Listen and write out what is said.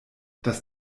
das